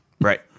Right